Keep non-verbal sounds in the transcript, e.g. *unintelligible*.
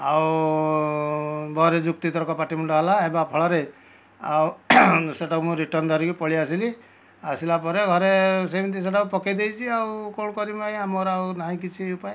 ଆଉ *unintelligible* ଯୁକ୍ତିତର୍କ ପାଟିମୁଣ୍ଡ ହେଲା ହେବା ଫଳରେ ଆଉ ସେଟାକୁ ମୁଁ ରିଟର୍ନ ଧରିକି ପଳେଇ ଆସିଲି ଆସିଲା ପରେ ଘରେ ସେମତି ସେଟାକୁ ପକେଇ ଦେଇଛି ଆଉ କଣ କରିମି ଆଜ୍ଞା ମୋର ଆଉ ନାହିଁ କିଛି ଉପାୟ